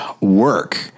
work